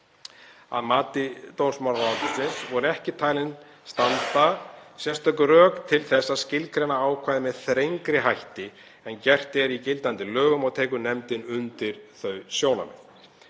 Að mati dómsmálaráðuneytisins voru ekki talin standa sérstök rök til þess að skilgreina ákvæðið með þrengri hætti en gert er í gildandi lögum og tekur nefndin undir þau sjónarmið.